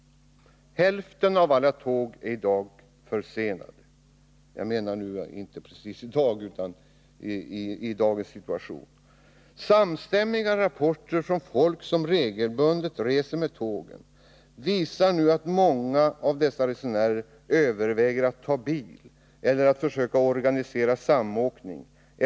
Hälften av alla tåg är i dag försenade. Samstämmiga rapporter från människor som regelbundet reser med tåg visar att många resenärer överväger att använda sin bil eller försöka organisera samåkning.